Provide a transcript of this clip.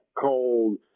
cold